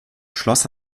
schloss